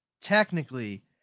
Technically